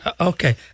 Okay